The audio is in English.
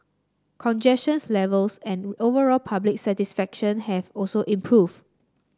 congestions levels and overall public satisfaction have also improved